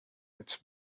its